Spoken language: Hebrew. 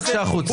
צא בבקשה החוצה.